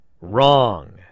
Wrong